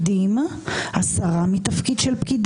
כזאת --- פרופ'